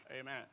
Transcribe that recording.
Amen